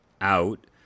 out